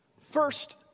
First